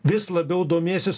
vis labiau domėsis